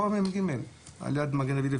רחוב המ"ג על יד מגן דוד.